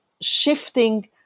shifting